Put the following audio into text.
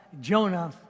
Jonah